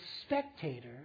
spectator